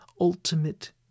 ultimate